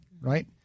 right